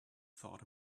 thought